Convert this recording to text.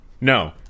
No